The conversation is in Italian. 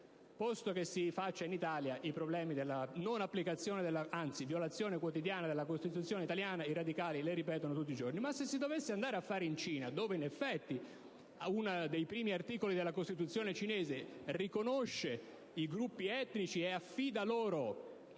Posto che si faccia in Italia, i problemi della non applicazione, anzi, della violazione quotidiana della Costituzione italiana i Radicali li ripetono tutti i giorni, ma se si dovesse andare a fare in Cina, dove in effetti uno dei primi articoli della Costituzione riconosce i gruppi etnici e affida loro